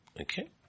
okay